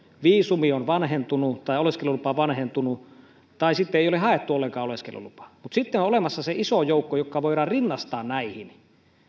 viisumi on vanhentunut tai oleskelulupa vanhentunut tai sitten ei ole haettu ollenkaan oleskelulupaa mutta sitten on olemassa se iso joukko joka voidaan rinnastaa näihin